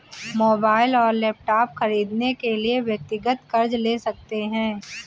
mobile और laptop खरीदने के लिए व्यक्तिगत कर्ज ले सकते है